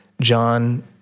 John